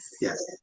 yes